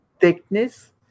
thickness